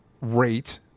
rate